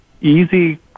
easy